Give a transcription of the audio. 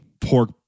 pork